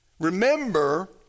Remember